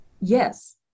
yes